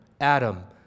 Adam